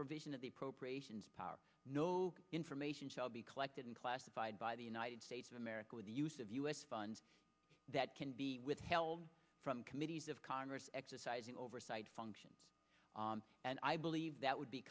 provision of the appropriations power no information shall be collected and classified by the united states of america with the use of u s funds that can be withheld from committees of congress exercising oversight function and i believe that would be